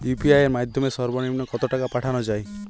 UPI এর মাধ্যমে সর্ব নিম্ন কত টাকা পাঠানো য়ায়?